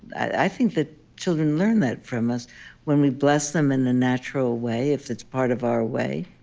i think that children learn that from us when we bless them in a natural way, if it's part of our way,